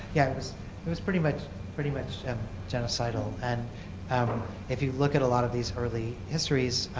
yeah, it was but was pretty much pretty much genocidal. and if you look at a lot of these early histories,